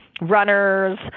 runners